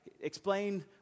Explain